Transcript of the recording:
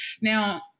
Now